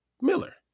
Miller